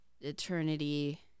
eternity